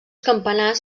campanars